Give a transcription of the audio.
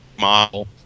model